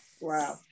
wow